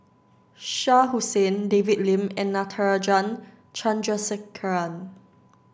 Shah Hussain David Lim and Natarajan Chandrasekaran